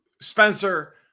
Spencer